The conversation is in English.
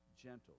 gentle